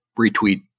retweet